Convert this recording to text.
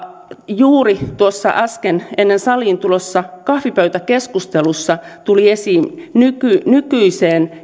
juuri tuossa äsken ennen saliin tuloa kahvipöytäkeskustelussa tuli esiin nykyiseen